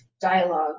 dialogue